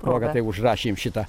proga tai užrašėm šitą